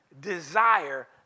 desire